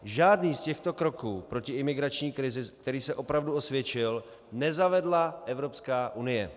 Žádný z těchto kroků proti imigrační krizi, který se opravdu osvědčil, nezavedla Evropská unie.